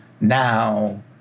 now